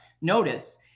notice